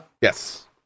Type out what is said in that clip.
Yes